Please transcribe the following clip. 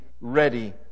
ready